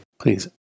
Please